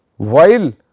while